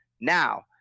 Now